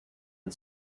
and